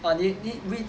err you need read